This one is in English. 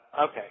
okay